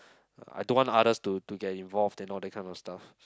uh I don't want others to to get involved then all that kind of stuff